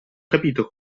capito